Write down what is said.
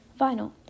vinyl